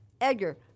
Edgar